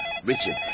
Richard